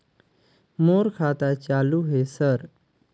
मोर खाता चालु हे सर?